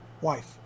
wife